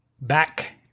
back